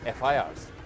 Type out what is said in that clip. FIRs